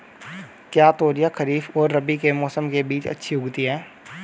क्या तोरियां खरीफ और रबी के मौसम के बीच में अच्छी उगती हैं?